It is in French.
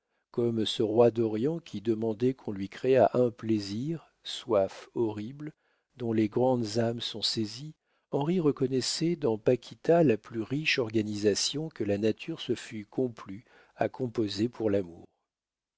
comme ce roi d'orient qui demandait qu'on lui créât un plaisir soif horrible dont les grandes âmes sont saisies henri reconnaissait dans paquita la plus riche organisation que la nature se fût complu à composer pour l'amour